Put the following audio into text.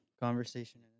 conversation